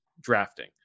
drafting